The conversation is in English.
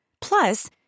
Plus